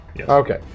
Okay